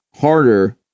harder